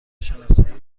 شناسایی